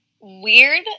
weird